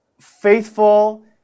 faithful